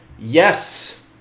Yes